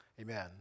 Amen